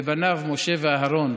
ובניו, משה ואהרן,